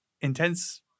intense